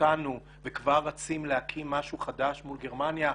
אותנו וכבר רצים להקים משהו חדש מול גרמנים,